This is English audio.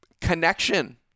connection